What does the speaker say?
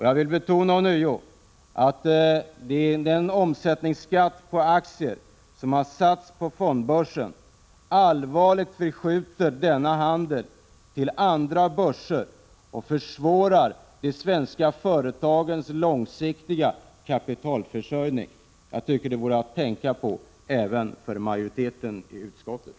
Jag vill ånyo betona att det är den omsättningsskatt på aktier som har satts på fondbörsen som allvarligt förskjuter denna handel till andra börser och försvårar de svenska företagens långsiktiga kapitalförsörjning. Det vore något att tänka på även för majoriteten i utskottet.